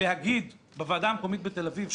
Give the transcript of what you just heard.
להגיד בוועדה המקומית בתל אביב שאמרו: